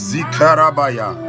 Zikarabaya